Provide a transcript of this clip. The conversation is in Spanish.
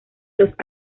los